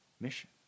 mission